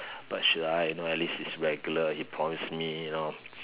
but should I you know at least it is regular he promise me you know